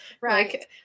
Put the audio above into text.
right